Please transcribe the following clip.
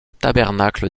tabernacle